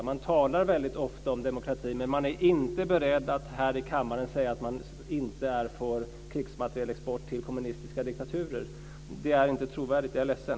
Man talar väldigt ofta om demokrati, men man är inte beredd att här i kammaren säga att man inte är för krigsmaterielexport till kommunistiska diktaturer. Det är inte trovärdigt; jag är ledsen.